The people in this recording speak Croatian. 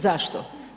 Zašto?